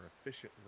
efficiently